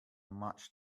much